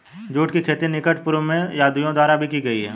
जुट की खेती निकट पूर्व में यहूदियों द्वारा भी की गई हो